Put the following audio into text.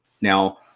Now